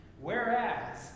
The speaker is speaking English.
Whereas